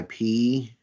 IP